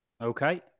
Okay